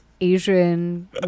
Asian